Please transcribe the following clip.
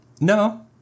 No